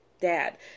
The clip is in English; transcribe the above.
Dad